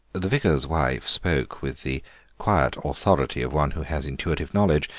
the vicar's wife spoke with the quiet authority of one who has intuitive knowledge,